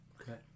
Okay